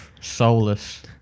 soulless